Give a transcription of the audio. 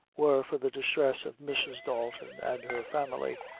were for the distress of mrs. dalton and her family,